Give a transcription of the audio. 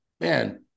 man